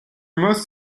most